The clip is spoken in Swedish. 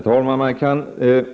Herr talman!